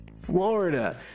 florida